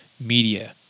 media